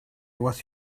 was